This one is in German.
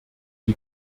die